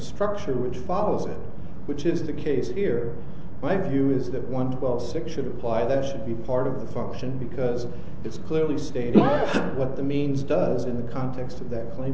structure which follows which is the case here my view is that one twelve six should apply that should be part of the function because it's clearly stated what the means does in the context of that claim